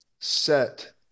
set